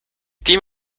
team